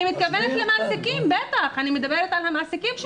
אני מדברת המעסיקים,